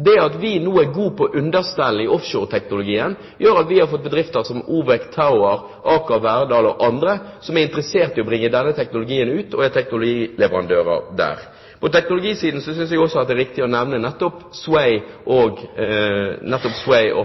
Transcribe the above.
Det at vi nå er gode på understell i offshoreteknologien, gjør at vi har fått bedrifter som Ovec Tower, Aker Verdal og andre som er interessert i å bringe denne teknologien ut og er teknologileverandører der. På teknologisiden synes jeg også at det er riktig å nevne nettopp SWAY og